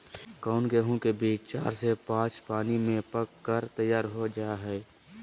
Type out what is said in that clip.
कौन गेंहू के बीज चार से पाँच पानी में पक कर तैयार हो जा हाय?